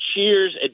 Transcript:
cheers